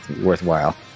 worthwhile